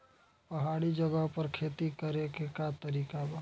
पहाड़ी जगह पर खेती करे के का तरीका बा?